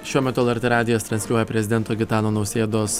šiuo metu lrt radijas transliuoja prezidento gitano nausėdos